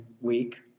week